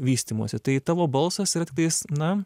vystymusi tai tavo balsas yra tiktais na